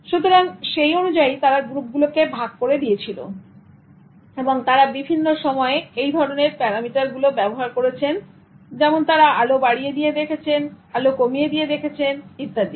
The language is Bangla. সুতরাং সেই অনুযায়ী তারা গ্রুপগুলোকে ভাগ করে দিয়েছিল এবং তারা বিভিন্ন সময়ে এই ধরনের প্যারামিটার গুলো ব্যবহার করেছেন যেমন তারা আলো বাড়িয়ে দিয়ে দেখেছে আলো কমিয়ে দিয়ে দেখেছে ইত্যাদি